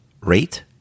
rate